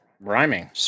rhyming